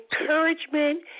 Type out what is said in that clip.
encouragement